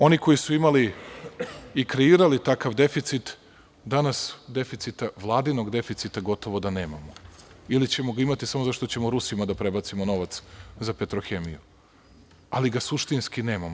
Oni koji su imali i kreirali takav deficit, danas vladinog deficita gotovo da nemamo, ili ćemo ga imati samo zato što ćemo Rusima da prebacimo novac za Petrohemiju, ali ga suštinski nemamo.